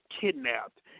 Kidnapped